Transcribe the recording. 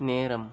நேரம்